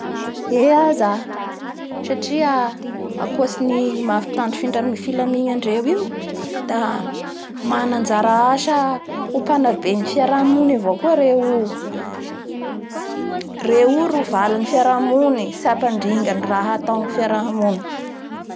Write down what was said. Eeee! Aza satria akotsin'ny mampitandri-mampitandry fiamina andreo io da mana anjara asa ho mpanabe ny fiarahamony avao koa reo io. Ireo io ro valan'ny fiarahamony tsy hampandringa ny raha aton'ny fiarahamony.